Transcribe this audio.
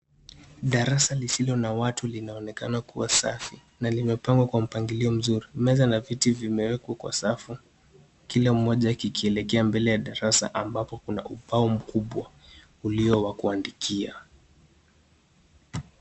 Darasa lisilo na watu linaonekana kuwa safi na limepangwa kwa mpangilio mzuri. Meza na viti vimewekwa kwa safu kila moja kikielekea mbele ya darasa ambapo kuna ubao mkubwa ulio wa kuandikia.